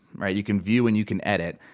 right? you can view and you can edit.